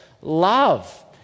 love